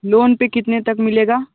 loan पर कितने तक मिलेगा